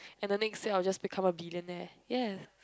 and then next day I just become billionaire